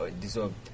dissolved